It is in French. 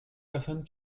personnes